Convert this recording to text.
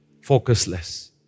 focusless